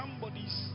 somebody's